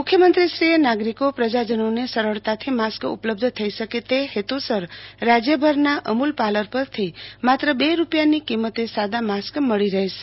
મુખ્યમંત્રીશ્રીએ નાગરિકો પ્રજાજનોને સરળતાથી માસ્ક ઉપલબ્ધ થઇ શકે તે હેતુસર રાજ્યભરનાં અમુલપાલર પેરથી માત્ર બે રૂપિયાની કિમતે સાડા માસ્ક મળી રહેશે